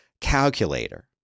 calculator